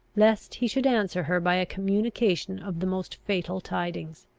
lest he should answer her by a communication of the most fatal tidings.